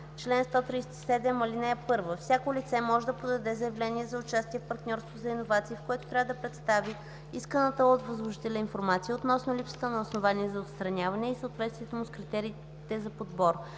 Чл. 161. (1) Всяко лице може да подаде заявление за участие в ограничена процедура, в което трябва да представи исканата от възложителя информация относно липсата на основания за отстраняване и съответствието му с критериите за подбор.